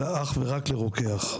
אלא אך ורק לרוקח.